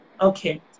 okay